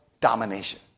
domination